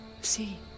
see